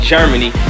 Germany